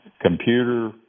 computer